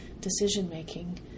decision-making